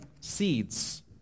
seeds